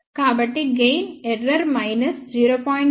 కాబట్టి gain error minus 0